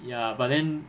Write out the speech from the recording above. ya but then